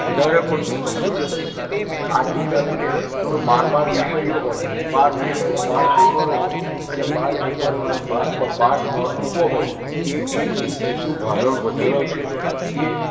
વધારે પડતું કશું જ હોતું નથી આજની તારીખે તો બાર બાર વિષયો હોય બાર વિષયોનાં બાર પેપર હોય અને બાર પેપરોનાં બાર નોટ બુક હોય એ એ બધું કેટલું ભારણ વધારા છે એ